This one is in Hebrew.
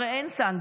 הרי אין סנקציות,